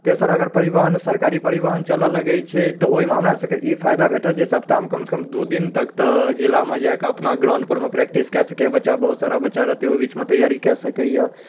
तेसर अगर परिवहन सरकारी परिवहन चलऽ लगै छै तऽ ओहिमे हमरासभके ई फाइदा भेटत जे सप्ताहमे कमसँ कम दुइ दिन तक तऽ जिलामे जाकऽ अपना ग्राउण्डपरमे प्रैक्टिस कऽ सकैए बच्चा बहुत सारा बच्चा रहतै ओहि बीचमे तैआरी कऽ सकैए